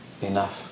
enough